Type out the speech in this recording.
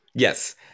Yes